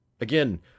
Again